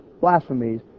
blasphemies